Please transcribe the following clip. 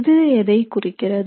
இது எதைக் குறிக்கிறது